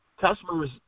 customers